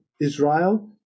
israel